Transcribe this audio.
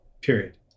Period